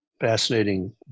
fascinating